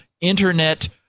Internet